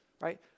right